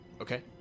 Okay